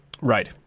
Right